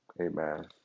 Amen